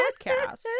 podcast